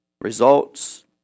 results